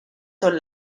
son